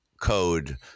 code